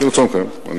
כרצונכם.